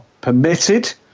permitted